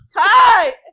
Hi